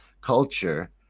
culture